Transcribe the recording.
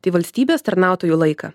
tai valstybės tarnautojų laiką